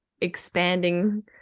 expanding